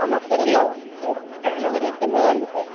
ஆமா சார் எல்லா கடையோடு நம்ம கடையில் வந்து ரேட் கம்மியாக தான் இருக்கும் சார்